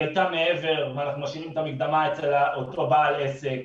הייתה מעבר ואנחנו משאירים את המקדמה אצל אותו בעל עסק.